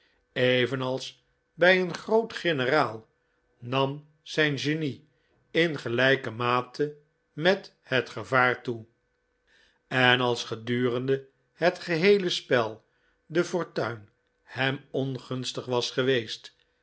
evenals bij een groot generaal nam zijn genie in gelijke mate met het gevaar toe en als gedurende het geheele spel de fortuin hem ongunstig was geweest